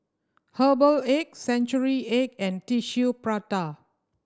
herbal egg century egg and Tissue Prata